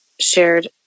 shared